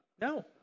No